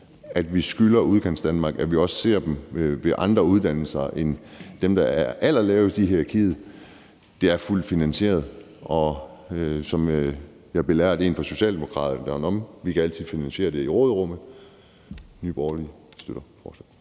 at vi skylder Udkantsdanmark, at man også ser dem med andre uddannelser end dem, der er allerlavest i hierarkiet. Det er fuldt finansieret, og som jeg belærte en fra Socialdemokraterne om, kan vi altid finansiere det fra råderummet. Nye Borgerlige støtter forslaget.